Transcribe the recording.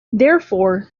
therefore